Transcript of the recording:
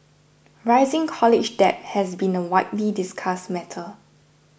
rising college debt has been a widely discussed matter